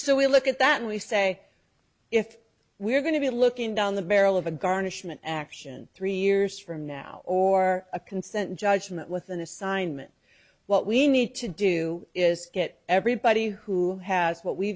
so we look at that and we say if we're going to be looking down the barrel of a garnishment action three years from now or a consent judgment with an assignment what we need to do is get everybody who has what we